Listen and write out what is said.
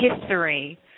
history